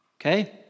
okay